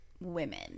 women